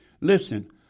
Listen